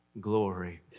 glory